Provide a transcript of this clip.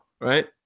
right